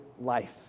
life